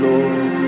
Lord